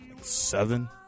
Seven